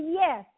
yes